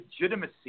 legitimacy